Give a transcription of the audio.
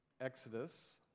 Exodus